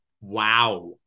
Wow